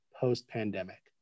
post-pandemic